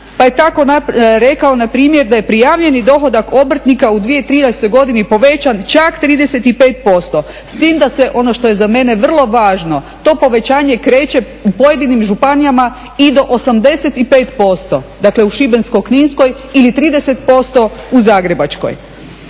pa je tako rekao npr. da je prijavljeni dohodak obrtnika u 2013.godini povećan čak 35%, s tim da se ono što je za mene vrlo važno to povećanje kreće u pojedinim županijama i do 85% dakle u Šibensko-kninskoj ili 30% u Zagrebačkoj.